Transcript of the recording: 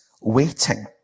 waiting